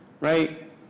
right